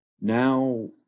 now